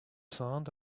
sand